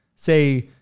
Say